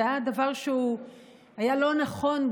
זה היה דבר שהיה לא נכון,